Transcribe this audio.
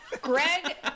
Greg